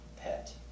pet